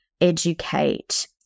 educate